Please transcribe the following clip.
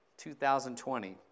2020